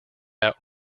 out